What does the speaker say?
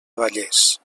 vallès